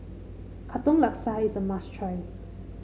Katong Laksa is a must try